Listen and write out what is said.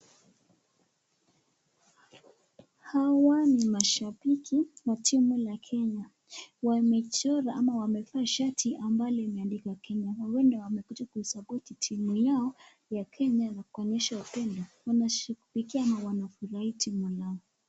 Hawa ni mashabiki wa timu la Kenya wamechora ama wamefaa shati ambalo imeandikwa Kenya hawa wamekucha kusapoti Yao ya Kenya kuonyesha upendo wanashughulikia wanafurai timu lao.